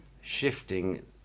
shifting